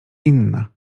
inna